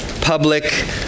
public